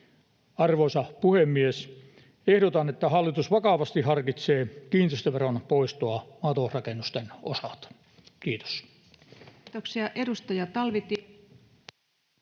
Arvoisa puhemies! Ehdotan, että hallitus vakavasti harkitsee kiinteistöveron poistoa maatalousrakennusten osalta. — Kiitos. [Speech 81]